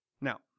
Now